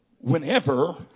whenever